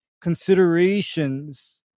considerations